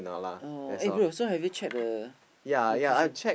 oh eh bro so have you checked the location